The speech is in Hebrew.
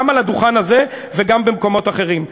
גם על הדוכן הזה וגם במקומות אחרים.